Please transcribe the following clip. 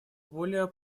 более